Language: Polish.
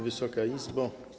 Wysoka Izbo!